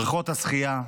בריכות השחייה,